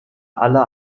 alle